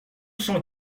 cent